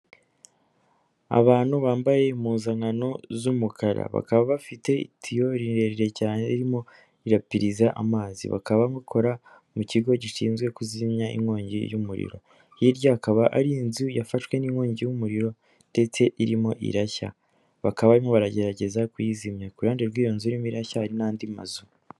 Abantu bambaye impuzankano z'umukara bakaba bafite itiyo rirerire cyane irimo irarapiza amazi, bakaba bakora mu kigo gishinzwe kuzimya inkongi y'umuriro, hirya hakaba ari inzu yafashwe n'inkongi y'umuriro ndetse irimo irashya bakabamo baragerageza kuyizimya, kruhande rw'iyo nzu irimo irasha hakaba hari n'andi mazu.